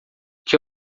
que